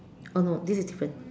oh no this is different